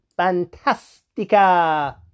fantastica